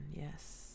yes